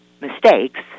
mistakes